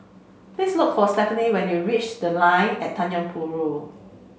please look for Stephenie when you reach The Line at Tanjong Rhu